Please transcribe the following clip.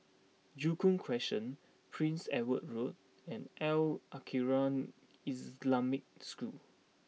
Joo Koon Crescent Prince Edward Road and Al Khairiah Islamic School